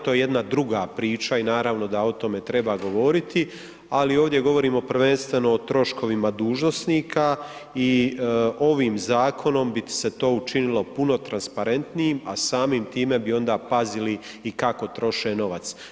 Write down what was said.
To je jedna druga priča i naravno da o tome treba govoriti, ali ovdje govorimo prvenstveno o troškovima dužnosnika i ovim zakonom bi se to učinilo puno transparentnijim, a samim time bi onda pazili i kako troše novac.